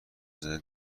زنده